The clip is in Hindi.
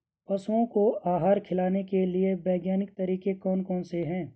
पशुओं को आहार खिलाने के लिए वैज्ञानिक तरीके कौन कौन से हैं?